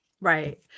Right